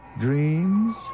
dreams